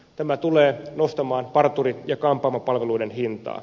tämä tulee nostamaan parturi ja kampaamopalveluiden hintaa